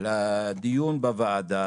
לדיון בוועדה.